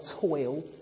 toil